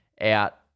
out